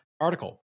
article